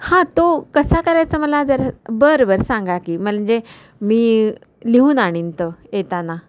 हां तो कसा करायचा मला जर बर बर सांगा की म्हणजे मी लिहून आणीन तो येताना